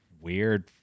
weird